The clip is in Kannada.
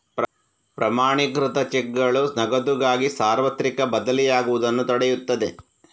ಪ್ರಮಾಣೀಕೃತ ಚೆಕ್ಗಳು ನಗದುಗಾಗಿ ಸಾರ್ವತ್ರಿಕ ಬದಲಿಯಾಗುವುದನ್ನು ತಡೆಯುತ್ತದೆ